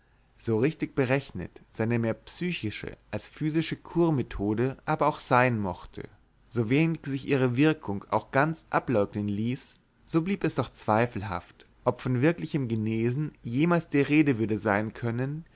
so richtig berechnet seine mehr psychische als physische kurmethode aber auch sein mochte so wenig sich ihre wirkung auch ganz ableugnen ließ so blieb es doch zweifelhaft ob von wirklichem genesen jemals die rede würde sein können